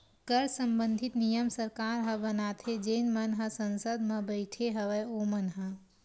कर संबंधित नियम सरकार ह बनाथे जेन मन ह संसद म बइठे हवय ओमन ह